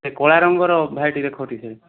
ଏ କଳା ରଙ୍ଗର ଭାଇ ଟିକେ ଦେଖ ଟିକେ